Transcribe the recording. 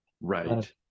right